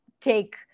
take